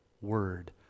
Word